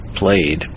played